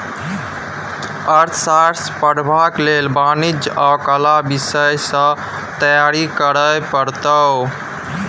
अर्थशास्त्र पढ़बाक लेल वाणिज्य आ कला विषय सँ तैयारी करय पड़तौ